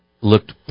looked